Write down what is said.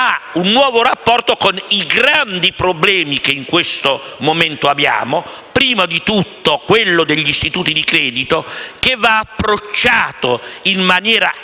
europee e con i grandi problemi che in questo momento abbiamo, primo fra tutto quello degli istituti di credito, che va approcciato in maniera serena e